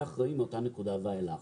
יהיה אחראי מאותה נקודה ואילך.